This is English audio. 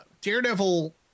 Daredevil